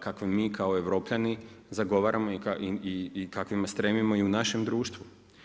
kakve mi kao Europljani zagovaramo i kakvima stremimo i u našem društvu.